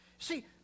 See